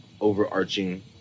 overarching